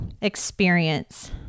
experience